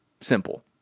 simple